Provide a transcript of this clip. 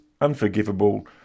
unforgivable